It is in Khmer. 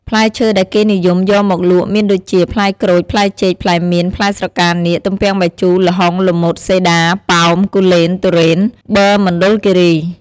ផ្លែឈើដែលគេនិយមយកមកលក់មានដូចជា ផ្លែក្រូច ផ្លែចេក ផ្លែមៀន ផ្លែស្រកានាគ ទំពាំងបាយជូរ ល្ហុង ល្មុត សេដា ប៉ោម គូលែន ទុរេន ប៊ឺមណ្ឌលគិរី។